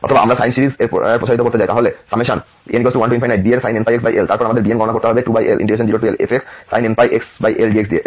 অথবা আমরা sine series এই প্রসারিত করতে চাই তাহলে n1bnsin nπxL তারপর আমাদের bn গণনা করতে হবে 2L0Lfxsin nπxL dx দিয়ে